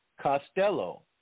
costello